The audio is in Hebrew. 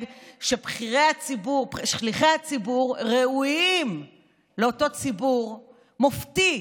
ששליחי הציבור ראויים לאותו ציבור מופתי,